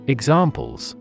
Examples